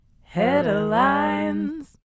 Headlines